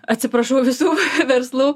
atsiprašau visų verslų